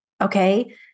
okay